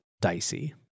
dicey